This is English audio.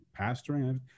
pastoring